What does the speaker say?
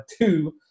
two